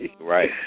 Right